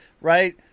right